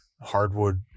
hardwood